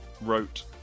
wrote